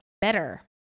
better